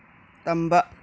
ꯇꯝꯕ